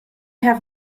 have